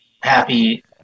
happy